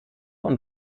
und